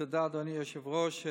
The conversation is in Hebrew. תודה, אדוני היושב-ראש.